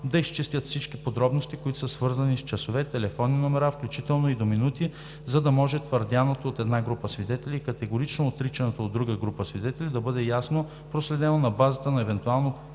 се изчистят всички подробности, които са свързани с часове, телефонни номера, включително и до минути, за да може твърдяното от една група свидетели и категорично отричаното от друга група свидетели да бъде ясно проследено на базата на евентуално